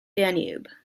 danube